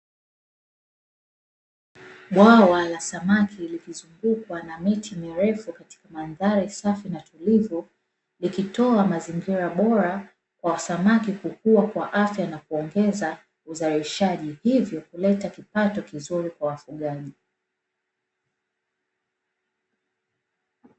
Bwawa la samaki likizungwa na miti mirefu katika madhari safi na tulivu, likitoa mazingira bora kwa samaki kukua kwa afya na kuongeza uzalishaji hivyo huleta kipato kizuri kwa wafugaji.